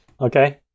Okay